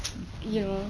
ya lor